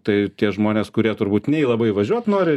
tai tie žmonės kurie turbūt nei labai važiuot nori